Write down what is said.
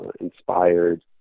inspired